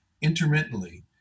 intermittently